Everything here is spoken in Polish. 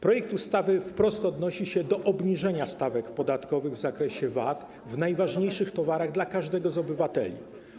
Projekt ustawy wprost odnosi się do obniżenia stawek podatkowych w zakresie VAT w przypadku najważniejszych towarów dla każdego z obywateli.